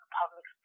public